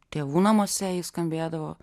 tėvų namuose ji skambėdavo